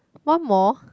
one more